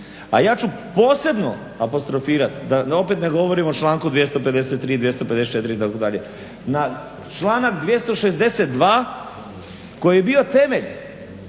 A ja ću posebno apostrofirati, da opet ne govorim o članku 253., 254. itd., na članak 262. koji je bio temelj